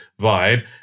vibe